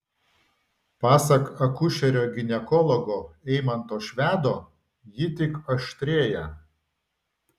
pasak akušerio ginekologo eimanto švedo ji tik aštrėja